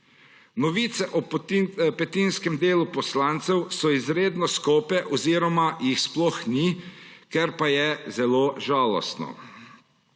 Novice o petinskem delu poslancev so izredno skope oziroma jih sploh ni, kar pa je zelo žalostno.